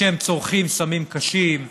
שהם צורכים סמים קשים,